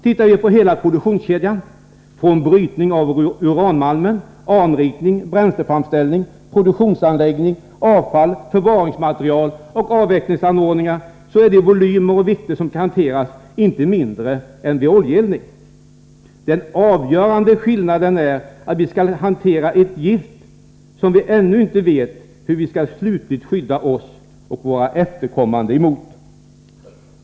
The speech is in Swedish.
Tittar vi på hela produktionskedjan från brytning av uranmalmen, anrikning, bränsleframställning, produktionsanläggning, avfall, förvaringsmaterial och avvecklingsanordningar finner vi att de volymer och vikter som skall hanteras inte är mindre än vid oljeeldning. Den avgörande skillnaden är att vi skall hantera ett gift som vi ännu inte vet hur vi skall slutligt skydda oss och våra efterkommande mot.